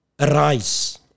Arise